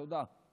תודה.